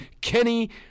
Kenny